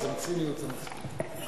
סרקזם, ציניות זה מספיק.